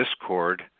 discord